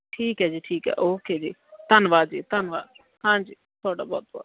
ਠੀਕ ਹੈ ਜੀ ਠੀਕ ਹੈ ਓਕੇ ਜੀ ਧੰਨਵਾਦ ਜੀ ਧੰਨਵਾਦ ਹਾਂਜੀ ਤੁਹਾਡਾ ਬਹੁਤ ਬਹੁਤ